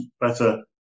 better